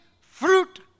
fruit